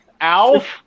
Alf